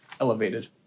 elevated